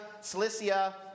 Cilicia